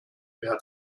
werden